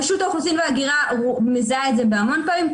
רשות האוכלוסין וההגירה מזהה את זה המון פעמים.